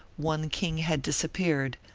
one king had disappeared,